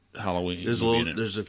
Halloween